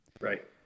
Right